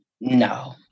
No